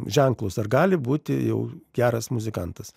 ženklus ar gali būti jau geras muzikantas